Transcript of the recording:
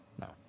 No